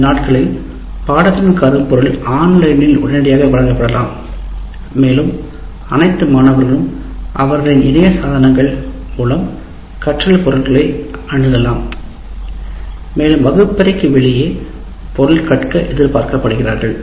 இந்த நாட்களில் பாடத்தின் கருப்பொருள் ஆன்லைனில் உடனடியாக வழங்கப்படலாம் மேலும் அனைத்து மாணவர்களும் அவர்களின் இணைய சாதனங்கள் மூலம் கற்றல் பொருள்களை அணுகலாம் மேலும் வகுப்பறைக்கு வெளியே பொருள் கற்க எதிர்பார்க்கப்படுகிறார்கள்